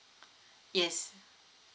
yes